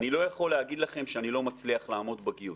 אני לא יכול להגיד לכם שאני לא מצליח לעמוד בגיוס.